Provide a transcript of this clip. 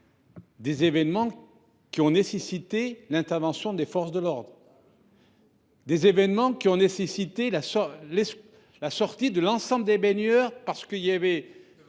des événements qui ont nécessité l’intervention des forces de l’ordre,… Exactement !… des événements qui ont nécessité la sortie de l’ensemble des baigneurs, parce que la situation